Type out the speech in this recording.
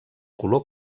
color